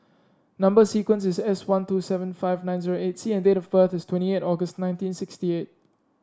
number sequence is S one two seven five nine zero eight C and date of birth is twenty eight August nineteen sixty eight